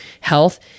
health